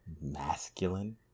masculine